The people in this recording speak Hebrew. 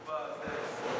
הזריחה.